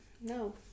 no